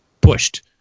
pushed